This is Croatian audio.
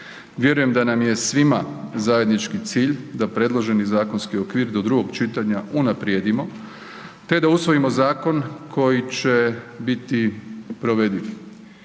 Vjerujem da nam je svima zajednički cilj da predloženi zakonski okvir do drugog čitanja unaprijedimo, te da usvojimo zakon koji će biti provediv